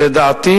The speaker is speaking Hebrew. שלדעתי